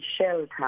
shelter